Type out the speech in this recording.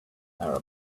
arab